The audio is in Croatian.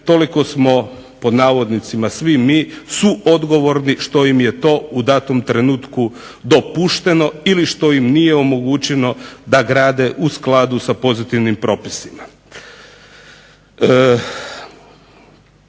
toliko smo "svi mi" suodgovorni što im je to u datom trenutku dopušteno ili što im nije omogućeno da grade u skladu sa pozitivnim propisima.